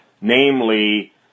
namely